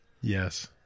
Yes